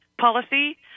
policy